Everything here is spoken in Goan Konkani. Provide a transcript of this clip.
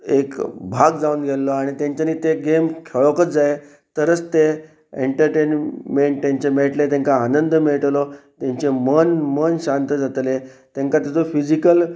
एक भाग जावन गेल्लो आनी तेंच्यानी तें गेम खेळकच जाय तरच तें एनटरटेनमेंट तेंचें मेळटलें तांकां आनंद मेळटलो तेंचें मन मन शांत जातले तांकां तेजो फिजीकल